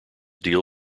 deal